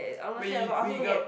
we we got